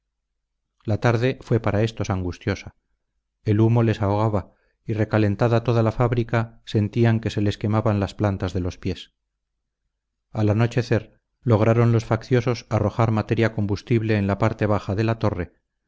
la tarde fue para éstos angustiosa el humo les ahogaba y recalentada toda la fábrica sentían que se les quemaban las plantas de los pies al anochecer lograron los facciosos arrojar materia combustible en la parte baja de la torre